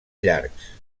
llargs